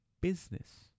business